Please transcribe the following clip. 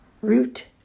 root